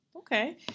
Okay